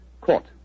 Court